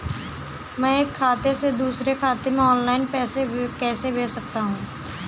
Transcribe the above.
मैं एक खाते से दूसरे खाते में ऑनलाइन पैसे कैसे भेज सकता हूँ?